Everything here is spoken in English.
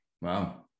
wow